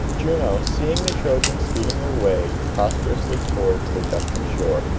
juno, seeing the trojans speeding their way prosperously towards their destined shore,